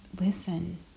Listen